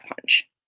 punch